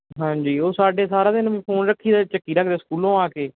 ਹਾਂਜੀ ਉਹ ਸਾਡੇ ਸਾਰਾ ਦਿਨ ਵੀ ਫੋਨ ਰੱਖੀ ਚੱਕੀ ਰੱਖਦੇ ਸਕੂਲੋਂ ਆ ਕੇ